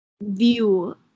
view